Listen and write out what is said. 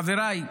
חבריי,